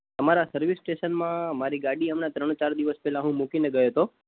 તમારા સર્વિસ સ્ટેશનમાં મારી ગાડી હમણાં ત્રણ ચાર દિવસ પહેલાં હું મૂકીને ગયો હતો